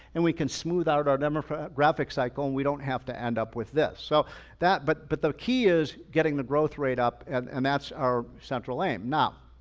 and we can smooth out our demographic cycle and we don't have to end up with this. so that, but but the key is getting the growth rate up and and that's our central aim. now,